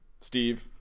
Steve